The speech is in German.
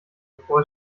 bevor